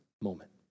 moment